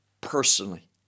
personally